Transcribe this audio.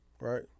right